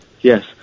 Yes